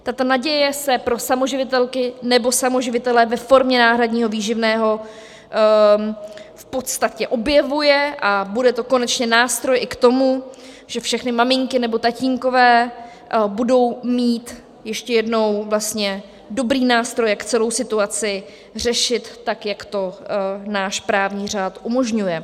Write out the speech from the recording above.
Tato naděje se pro samoživitelky nebo samoživitele ve formě náhradního výživného v podstatě objevuje a bude to konečně nástroj i k tomu, že všechny maminky nebo tatínkové budou mít, ještě jednou, vlastně dobrý nástroj, jak celou situaci řešit, tak jak to náš právní řád umožňuje.